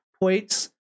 points